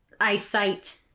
eyesight